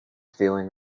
feeling